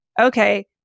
okay